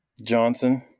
johnson